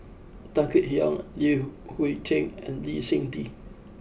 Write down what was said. Tan Kek Hiang Li Hui Cheng and Lee Seng Tee